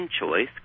choice